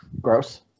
Gross